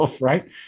Right